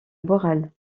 borel